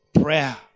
prayer